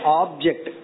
object